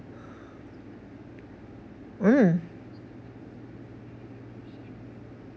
mm